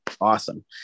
Awesome